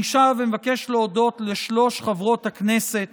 אני שב ומבקש להודות לשלוש חברות הכנסת